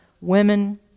women